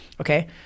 okay